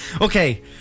Okay